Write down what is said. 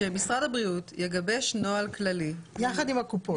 שמשרד הבריאות יגבש נוהל כללי יחד עם הקופות?